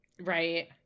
right